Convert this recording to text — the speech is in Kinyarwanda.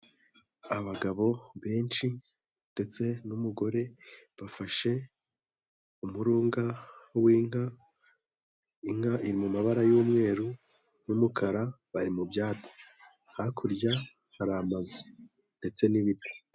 Abagabo benshi ndetse n'umugore bafashe umurunga w'inka, inka iri mu mabara y'umweru n'umukara bari mu byatsi, hakurya hari amazu ndetse n'ibiti.